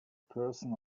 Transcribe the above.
person